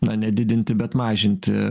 na ne didinti bet mažinti